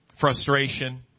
frustration